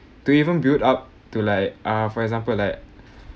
to even built up to like ah for example like